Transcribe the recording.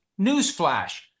Newsflash